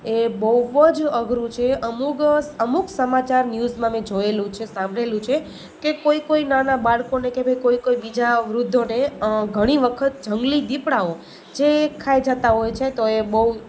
એ બહુ જ અઘરુ છે અમુક અમુક સમાચાર ન્યુઝમાં મેં જોયેલું છે સાંભળેલું છે કે કોઈ કોઈ નાના બાળકોને કે ભાઈ કોઈ કોઈ બીજા વૃદ્ધોને ઘણી વખત જંગલી દીપડાઓ જે ખાઈ જતા હોય છે તો એ બહુ